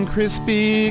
Crispy